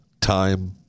time